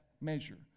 measure